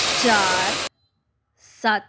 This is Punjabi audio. ਚਾਰ ਸੱਤ